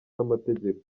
n’amategeko